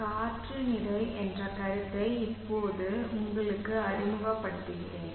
காற்று நிறை என்ற கருத்தை இப்போது உங்களுக்கு அறிமுகப்படுத்துகிறேன்